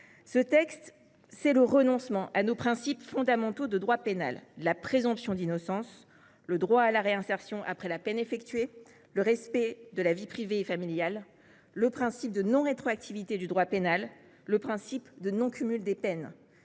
Ce texte, c’est le renoncement aux principes fondamentaux de notre droit pénal : la présomption d’innocence, le droit à la réinsertion après la peine effectuée, le respect de la vie privée et familiale, le principe de non rétroactivité du droit pénal et celui de non cumul des peines.